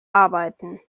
arbeiten